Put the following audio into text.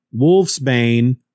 Wolfsbane